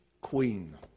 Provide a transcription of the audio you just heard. queen